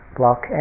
block